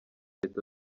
leta